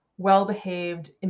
well-behaved